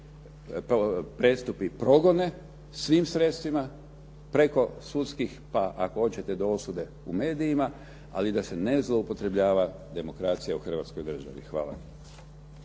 prijestupi progone svim sredstvima preko sudskim pa ako hoćete do osude u medijima ali da se ne zloupotrjebljava demokracija u Hrvatskoj državi. Hvala.